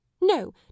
no